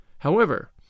However